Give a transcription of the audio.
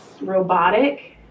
robotic